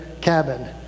cabin